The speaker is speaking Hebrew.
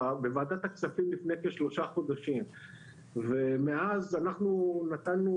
בוועדת הכספים לפני כשלושה חודשים ומאז אנחנו נתנו